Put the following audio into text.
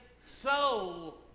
soul